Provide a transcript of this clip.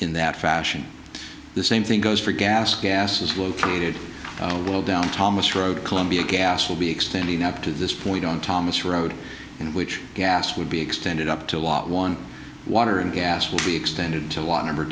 in that fashion the same thing goes for gas gas is located down thomas road columbia gas will be extending up to this point on thomas road which gas would be extended up to a lot one water and gas will be extended